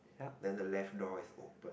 then the left door is open